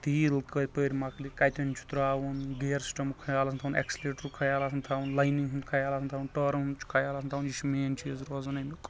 تیٖل کپٲرۍ مۄکلہِ کتٮ۪ن چھُ ترٛاوُن گیر سِسٹمُک خیال آسان تھاوُن اٮ۪کسلیٖٹرُک خیال آسان تھاوُن لاینِنگ ہُن خیال آسان تھاوُن ٹأرن ہُنٛد چھُ خیال آسان تھاوُن یہِ چھُ مین چیٖز روزان أمیُک